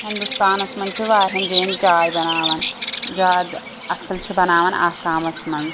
ہنٛدوستانَس مَنٛز چھ واریاہَن جٲین چاے بناوان زیٛادٕ اصٕل چھِ بناوان آسامَس مَنٛز